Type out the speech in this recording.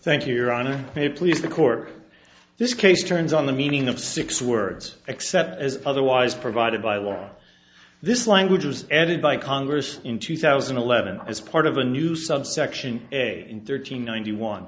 thank you your honor may please the court this case turns on the meaning of six words except as otherwise provided by law this language was added by congress in two thousand and eleven as part of a new subsection in thirteen ninety one